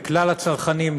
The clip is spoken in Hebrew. לכלל הצרכנים,